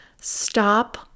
Stop